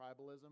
tribalism